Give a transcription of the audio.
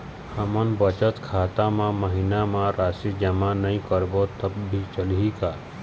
हमन बचत खाता मा महीना मा राशि जमा नई करबो तब भी चलही का?